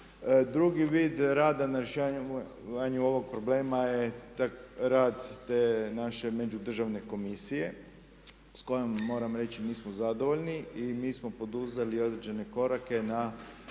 Drugi vid rada na rješavanju ovog problema je rad te naše Međudržavne komisije s kojom moram reći …/Govornik se ne razumije./… zadovoljni i mi smo poduzeli određene korake na